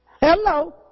Hello